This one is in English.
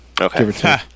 okay